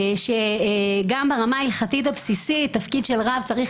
גם ברמה ההלכתית הבסיסית תפקיד של רב צריך